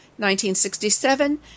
1967